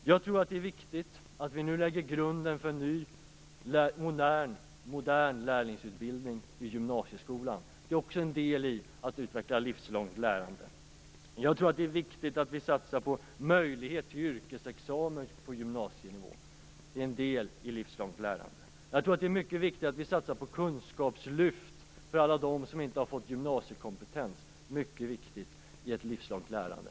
Jag tror att det är viktigt att vi nu lägger grunden för en ny modern lärlingsutbildning i gymnasieskolan. Det är också en del i att utveckla ett livslångt lärande. Jag tror att det är viktigt att vi satsar på möjlighet till yrkesexamen på gymnasienivå. Det är en del i ett livslångt lärande. Det är mycket viktigt att vi satsar på kunskapslyft för bl.a. dem som inte har fått gymnasiekompetens. Det är mycket viktigt i ett livslångt lärande.